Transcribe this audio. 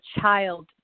child